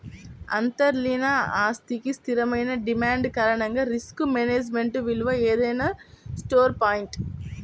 అంతర్లీన ఆస్తికి స్థిరమైన డిమాండ్ కారణంగా రిస్క్ మేనేజ్మెంట్ విలువ ఏదైనా స్టోర్ పాయింట్